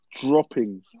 dropping